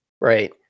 right